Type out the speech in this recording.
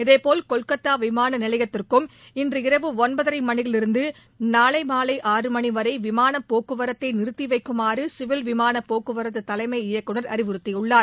இதேபோல் கொல்கத்தா விமான நிலையத்துக்கும் இன்று இரவு ஒன்பதரை மணியிலிருந்து நாளை மாலை ஆறு மணி வரை விமான போக்குவரத்தை நிறுத்தி வைக்குமாறு சிவில் விமான போக்குவரத்து தலைமை இயக்குநர் அறிவுறுத்தியுள்ளார்